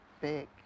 Big